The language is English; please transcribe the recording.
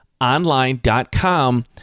online.com